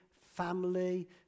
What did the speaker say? family